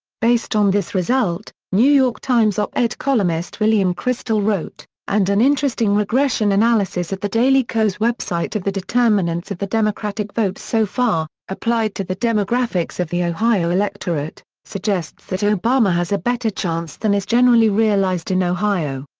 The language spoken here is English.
based on this result, new york times op-ed columnist william kristol wrote and an interesting regression analysis at the daily kos web site of the determinants of the democratic vote so far, applied to the demographics of the ohio electorate, suggests that obama has a better chance than is generally realized in ohio.